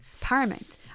paramount